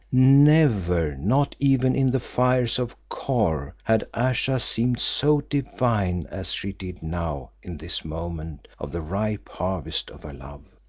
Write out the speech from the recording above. never not even in the fires of kor had ayesha seemed so divine as she did now in this moment of the ripe harvest of her love.